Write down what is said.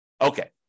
Okay